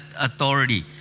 authority